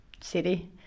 city